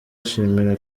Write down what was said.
ashimira